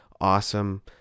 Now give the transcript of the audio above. awesome